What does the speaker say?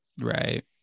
right